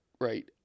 Right